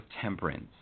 Temperance